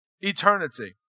eternity